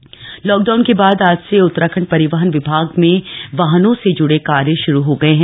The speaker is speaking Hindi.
आरटीओ लॉकडाउन के बाद आज से उतराखंड परिवहन विभाग में वाहनों से जुड़े कार्य शुरू हो गए हैं